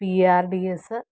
P R D S